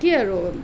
কি আৰু